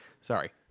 Sorry